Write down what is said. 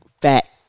fat